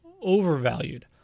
overvalued